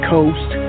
Coast